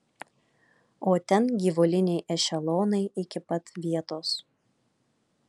o ten gyvuliniai ešelonai iki pat vietos